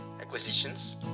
acquisitions